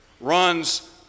runs